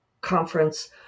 conference